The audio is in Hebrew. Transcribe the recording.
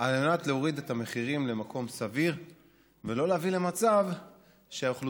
על מנת להוריד את המחירים למקום סביר ולא להביא למצב שהאוכלוסייה